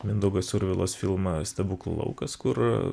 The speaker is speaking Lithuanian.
mindaugo survilos filmą stebuklų laukas kur